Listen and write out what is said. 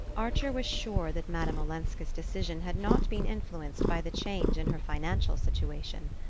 archer was sure that madame olenska's decision had not been influenced by the change in her financial situation.